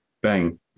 bang